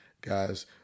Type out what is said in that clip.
guys